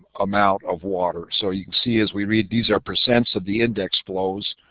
amount of water. so you can see as we read, these are percents of the index flows.